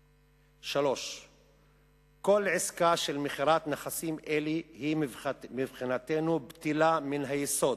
3. כל עסקה של מכירת נכסים אלה היא מבחינתנו בטלה מן היסוד,